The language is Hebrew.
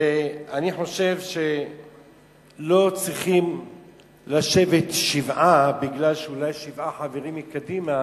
ואני חושב שלא צריכים לשבת שבעה על זה שאולי שבעה חברים מקדימה